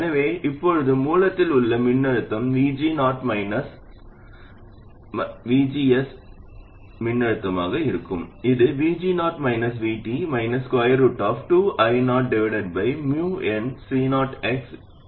எனவே இப்போது மூலத்தில் உள்ள மின்னழுத்தம் VG0 மைனஸ் இந்த மின்னழுத்தமாக இருக்கும் VGS இது VG0 VT 2I0nCox